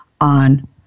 on